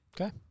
Okay